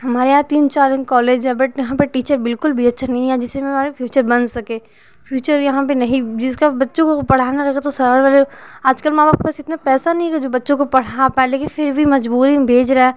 हमारे यहाँ तीन चार कॉलेज हैं बट यहाँ पर टीचर बिल्कुल भी अच्छे नहीं हैं जिससे हमारे फ्यूचर बन सके फ्यूचर यहाँ पर नहीं जिसका बच्चों को पढ़ाना रहता है तो सारे आजकल माँ बाप पास इतना पैसा नहीं है कि जो बच्चों को पढ़ा पाएँ लेकिन फिर भी मजबूरी में भेज रहा